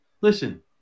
Listen